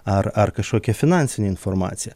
ar ar kažkokia finansinė informacija